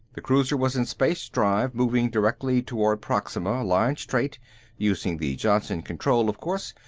the cruiser was in space-drive, moving directly toward proxima, line-straight, using the johnson control, of course.